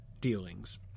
dealings